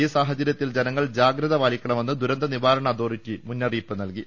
ഈ സാഹചര്യത്തിൽ ജനങ്ങൾ ജാഗ്രത പാലിക്കണമെന്ന് ദുരന്ത നിവാരണ അതോറിറ്റി മുന്നറി യിപ്പ് നൽകി